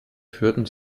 führten